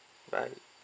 bye